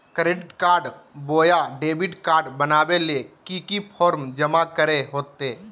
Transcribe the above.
Credit card बोया debit card बनाने ले की की फॉर्म जमा करे होते?